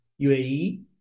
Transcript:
UAE